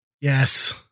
yes